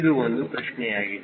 ಇದು ಒಂದು ಪ್ರಶ್ನೆಯಾಗಿದೆ